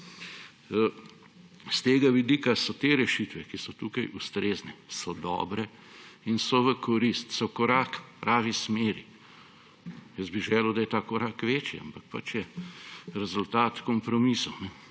S tega vidika so te rešitve, ki so tukaj, ustrezne, so dobre in so v korist. So korak v pravi smeri. Želel bi, da je ta korak večji, ampak pač je rezultat kompromisov.